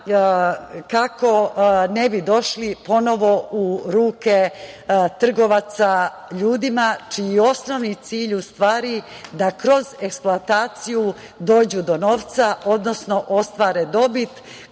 kako ne bi došli ponovo u ruke trgovaca ljudima čiji je osnovni cilj u stvari da kroz eksploataciju dođu do novca, odnosno ostvare dobit